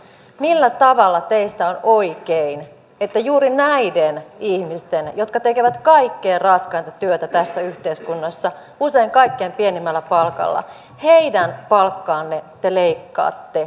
millä tavalla teistä on oikein että juuri näiden ihmisten palkkaa jotka tekevät kaikkein raskainta työtä tässä yhteiskunnassa usein kaikkein pienimmällä palkalla te leikkaatte